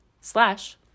slash